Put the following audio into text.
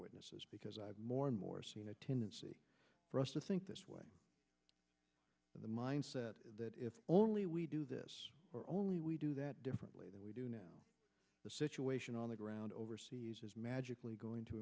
witnesses because i've more and more seen a tendency for us to think this way in the mindset that if only we do this or only we do that differently than we do now the situation on the ground overseas is magically going to